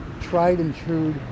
tried-and-true